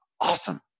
awesome